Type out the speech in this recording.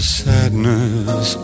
sadness